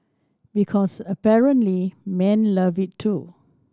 because apparently men love it too